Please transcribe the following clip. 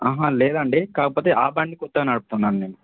లేదండి కాకపోతే ఆ బండి కొత్తగా నడుపుతున్నాను నేను